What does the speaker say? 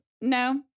No